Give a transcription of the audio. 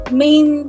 main